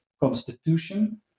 constitution